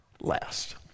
last